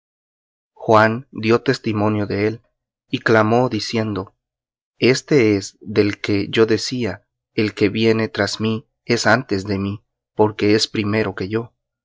juan dió testimonio de él y clamó diciendo este es del que decía el que viene tras mí es antes de mí porque es primero que yo